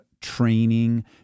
training